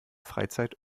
freizeit